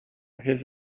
his